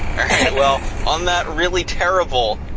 alright well, on that really terrible,